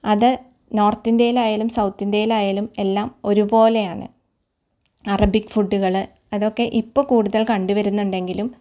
അത് നോർത്ത് ഇന്ത്യയിലായാലും സൗത്ത് ഇന്ത്യയിലായാലും എല്ലാം ഒരുപോലെയാണ് അറബിക് ഫുഡ്ഡുകൾ അതൊക്കെ ഇപ്പം കൂടുതൽ കണ്ട് വരുന്നുണ്ടെങ്കിലും